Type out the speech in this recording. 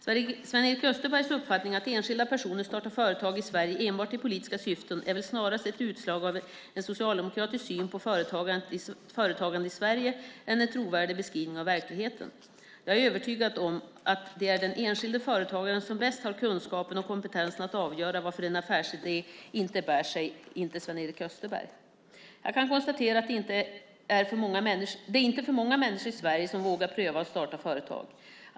Sven-Erik Österbergs uppfattning att enskilda personer startar företag i Sverige enbart i politiska syften är väl snarast ett utslag av en socialdemokratisk syn på företagande i Sverige än en trovärdig beskrivning av verkligheten. Jag är övertygad om att det är den enskilde företagaren som bäst har kunskapen och kompetensen att avgöra varför en affärsidé inte bär sig, inte Sven-Erik Österberg. Jag kan konstatera att det inte är för många människor i Sverige som vågar pröva att starta företag.